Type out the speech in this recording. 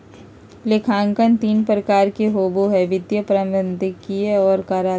लेखांकन तीन प्रकार के होबो हइ वित्तीय, प्रबंधकीय और कराधान